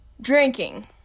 Drinking